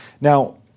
Now